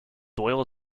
doyle